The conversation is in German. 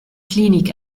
klinik